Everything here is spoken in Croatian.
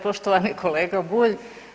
Poštovani kolega Bulj.